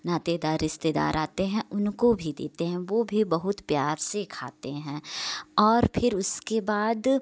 नातेदार रिश्तेदार आते हैं उनको भी देते हैं वो भी बहुत प्यार से खाते हैं और फिर उसके बाद